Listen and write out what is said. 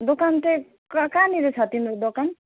दोकान चाहिँ कहाँ कहाँनिर छ तिम्रो दोकान